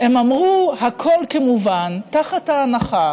הם אמרו: הכול כמובן תחת ההנחה